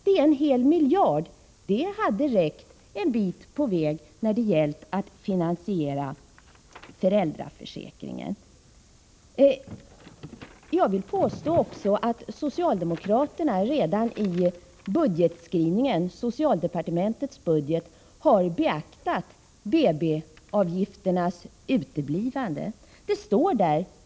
Det är en hel miljard, och det hade räckt en bit på vägen när det gäller att finansiera föräldraförsäkringen. Jag vill också påstå att socialdemokraterna redan i budgetpropositionen har beaktat de uteblivna BB-avgifterna.